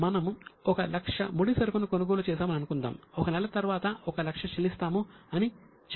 కాబట్టి మనము 1 లక్ష ముడిసరుకును కొనుగోలు చేసామని అనుకుందాం 1 నెల తర్వాత 1 లక్ష చెల్లిస్తాము అని చెబుతాము